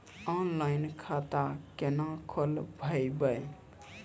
Online खाता केना खोलभैबै?